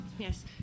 Yes